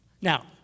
Now